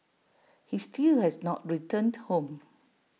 he still has not returned home